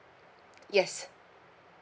yes